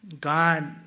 God